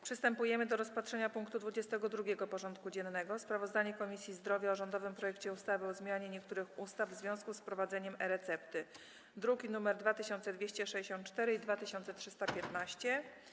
Przystępujemy do rozpatrzenia punktu 22. porządku dziennego: Sprawozdanie Komisji Zdrowia o rządowym projekcie ustawy o zmianie niektórych ustaw w związku z wprowadzeniem e-recepty (druki nr 2264 i 2315)